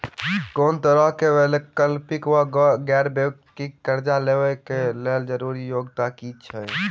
कोनो तरह कऽ वैकल्पिक वा गैर बैंकिंग कर्जा लेबऽ कऽ लेल जरूरी योग्यता की छई?